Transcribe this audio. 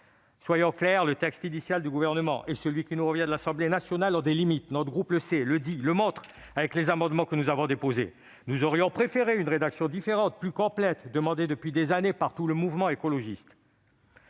Soyons clairs, le texte initial du Gouvernement et celui qui nous revient de l'Assemblée nationale ont des limites. Notre groupe le sait, le dit et le montre au travers des amendements que nous avons déposés. Nous aurions préféré une rédaction différente, plus complète, demandée depuis des années par tout le mouvement écologiste.